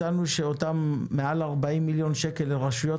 מצאנו שמעל 40 מיליון שקל שהיו לרשויות